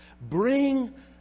bring